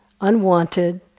unwanted